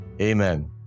Amen